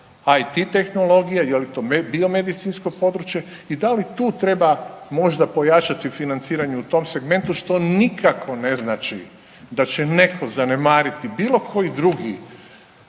IT tehnologija, je li to biomedicinsko područje i da li tu treba možda pojačati financiranje u tom segmentu što nikako ne znači da će netko zanemariti bilo koje drugo